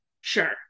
sure